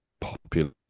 popular